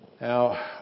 Now